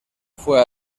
fue